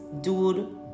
dude